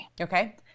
Okay